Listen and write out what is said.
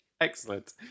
Excellent